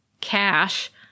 cash